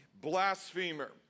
blasphemer